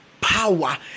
power